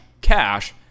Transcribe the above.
cash